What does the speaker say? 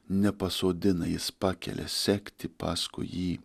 nepasodina jis pakelia sekti paskui jį